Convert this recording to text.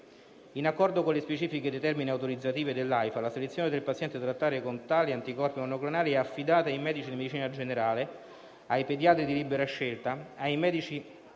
In accordo con le specifiche determine autorizzative dell'AIFA, la selezione del paziente da trattare con tali anticorpi monoclonali è affidata ai medici di medicina generale, ai pediatri di libera scelta, ai medici